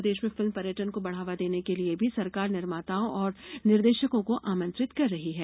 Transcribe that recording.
प्रदेश में फिल्म पर्यटन को बढ़ावा देने के लिये भी सरकार निर्माताओं और निर्देशकों को आमंत्रित कर रही है